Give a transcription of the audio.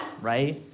right